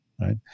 right